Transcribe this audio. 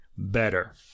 Better